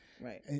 Right